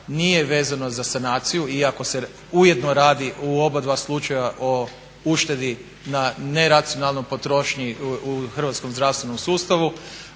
nije vezano za sanaciju iako se ujedno radi u obadva slučaja o uštedi na neracionalnoj potrošnji u hrvatskom zdravstvenom sustavu,